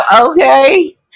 okay